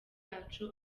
yacu